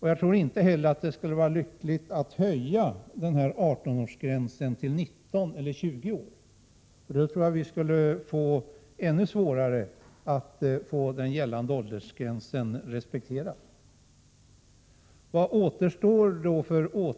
Jag tror inte heller att det skulle vara lyckligt att höja gränsen till 19 år eller 20 år. Då skulle det antagligen bli ännu svårare att få åldersgränsen respekterad. Vilka åtgärder kan man